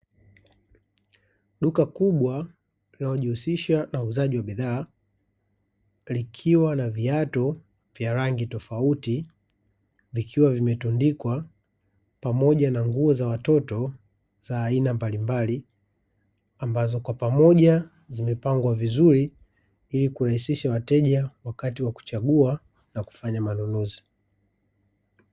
Duka kubwa linalojihusisha na uuzaji wa bidhaa likiwa viatu vya rangi tofauti vikiwa vimetundikwa pamoja na nguo za watoto za aina mbalimbali ambazo kwa pamoja zimepangwa vizuri ili kurahisishia wakati wa kuchagua na kupanga manunuzi.